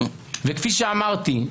וכפי שאמרתי,